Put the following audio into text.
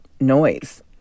noise